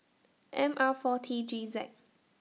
M R four T G Z